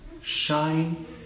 shine